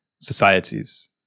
societies